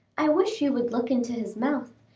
i wish you would look into his mouth,